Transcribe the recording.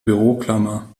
büroklammer